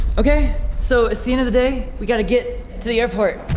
okay, so it's the end of the day we got to get to the airport